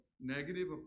negative